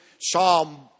Psalm